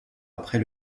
après